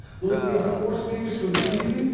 those will be our four speakers for this evening.